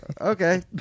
Okay